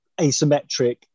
asymmetric